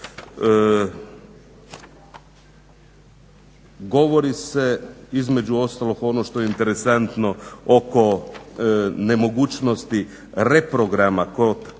Govori se između ostalog ono što je interesantno oko nemogućnosti reprograma